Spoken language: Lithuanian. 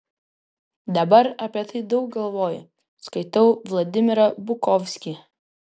dabar apie tai daug galvoju skaitau vladimirą bukovskį